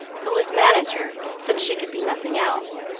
who was manager, since she could be nothing else.